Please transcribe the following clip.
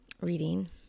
reading